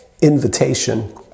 invitation